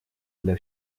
для